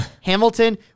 Hamilton